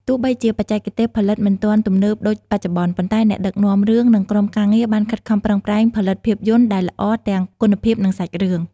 ទោះបីជាបច្ចេកទេសផលិតមិនទាន់ទំនើបដូចបច្ចុប្បន្ន ប៉ុន្តែអ្នកដឹកនាំរឿងនិងក្រុមការងារបានខិតខំប្រឹងប្រែងផលិតភាពយន្តដែលល្អទាំងគុណភាពនិងសាច់រឿង។